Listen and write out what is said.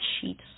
sheets